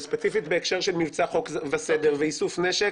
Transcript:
וספציפית בהקשר של מבצע חוק וסדר ואיסוף נשק